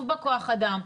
בכוח אדם.